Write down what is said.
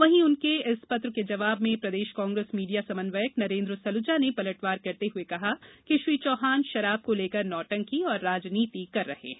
वहीं उनके इस पत्र के जवाब में प्रदेश कांग्रेस मीडिया समन्वयक नरेंद्र सलूजा ने पलटवार करते हुए कहा कि श्री चौहान शराब को लेकर नौटंकी व राजनीति कर रहे हैं